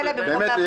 באמת,